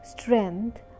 strength